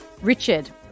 Richard